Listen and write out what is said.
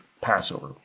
Passover